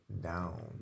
down